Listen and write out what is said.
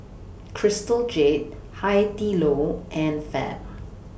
Crystal Jade Hai Di Lao and Fab